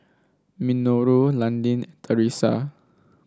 Minoru Landin Theresa